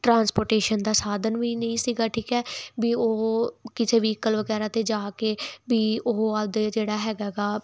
transportation ਦਾ ਸਾਧਨ ਵੀ ਨਹੀਂ ਸੀਗਾ ਠੀਕ ਹੈ ਵੀ ਉਹ ਕਿਸੇ ਵਹੀਕਲ ਵਗੈਰਾ 'ਤੇ ਜਾ ਕੇ ਵੀ ਉਹ ਆਪਣੇ ਜਿਹੜਾ ਹੈਗਾ ਗਾ